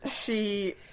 she-